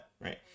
right